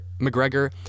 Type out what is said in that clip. McGregor